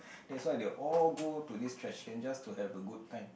that's why they all go to this trash can just to have a good time